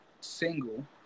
single